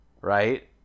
right